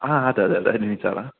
ആ അതെ അതെ അതെ